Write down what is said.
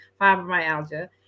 fibromyalgia